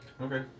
Okay